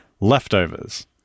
Leftovers